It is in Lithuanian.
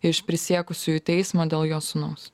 iš prisiekusiųjų teismo dėl jo sūnaus